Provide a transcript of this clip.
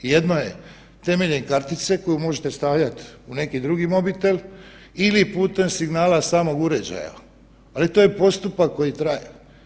Jedno je temeljem kartice koju možete stavljati u neki drugi mobitel ili putem signala samog uređaja, ali to je postupak koji traje.